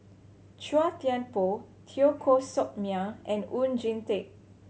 Chua Thian Poh Teo Koh Sock Miang and Oon Jin Teik